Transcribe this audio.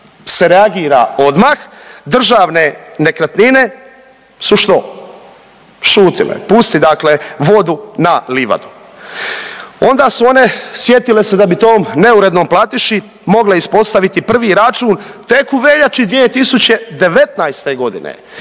se reagira odmah Državne nekretnine su što? Šutile. Pusti dakle vodu na livadu. Onda su one sjetile se da bi tom neurednom platiši mogle ispostaviti prvi račun tek u veljači 2019. godine